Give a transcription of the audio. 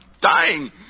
dying